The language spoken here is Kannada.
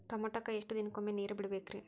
ಟಮೋಟಾಕ ಎಷ್ಟು ದಿನಕ್ಕೊಮ್ಮೆ ನೇರ ಬಿಡಬೇಕ್ರೇ?